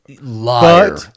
liar